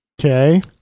Okay